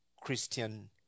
Christian